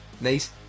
Nice